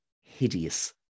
hideous